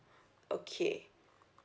okay